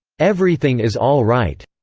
everything is all right.